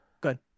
good